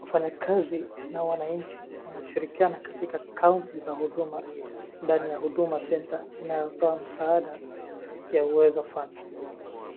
Wafanyakazi na wananchi wanashirikiana katika kaunti za huduma ndani ya huduma centre inayotoa msaada ya Uwezo fund